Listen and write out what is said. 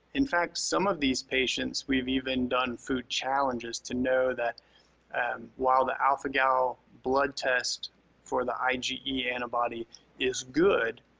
in fact, some of these patients we've even done food challenges to know that while the alpha-gal blood test for the ige antibody is good,